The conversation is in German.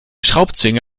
schraubzwinge